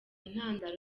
intandaro